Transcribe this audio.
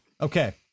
Okay